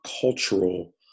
cultural